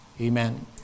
Amen